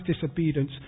disobedience